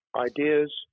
Ideas